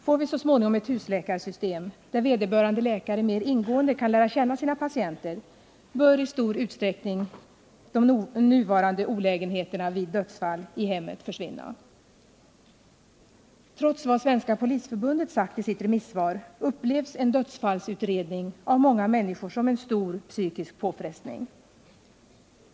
Får vi så småningom ett husläkarsystem, där vederbörande läkare mer ingående kan lära känna sina patienter, bör i stor utsträckning de nuvarande olägenheterna vid dödsfall i hemmet försvinna. Trots vad Svenska polisförbundet sagt i sitt remissvar upplevs en dödsfallsutredning av många människor som en stor psykisk påfrestning.